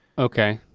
okay.